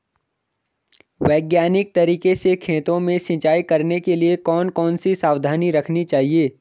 वैज्ञानिक तरीके से खेतों में सिंचाई करने के लिए कौन कौन सी सावधानी रखनी चाहिए?